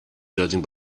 judging